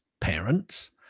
parents